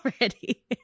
already